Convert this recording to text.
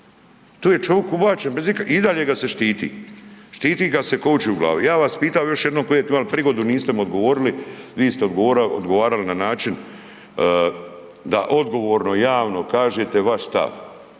Tu je čovik ubačen bez ikakvih i dalje ga se štiti. Štiti ga se ko oči u glavi. Ja bi vas pitao još jednom kojeg imali prigodu niste mi odgovorili, vi ste odgovarali na način da odgovorno javno kažete vaš stav